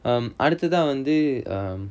அடுத்ததா வந்து:aduthathaa vanthu